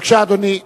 בבקשה, אדוני.